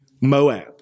Moab